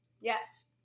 Yes